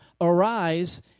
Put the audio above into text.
arise